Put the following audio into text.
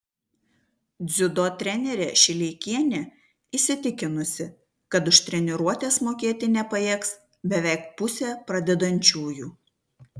dziudo trenerė šileikienė įsitikinusi kad už treniruotes mokėti nepajėgs beveik pusė pradedančiųjų